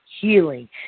Healing